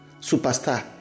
superstar